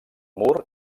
mur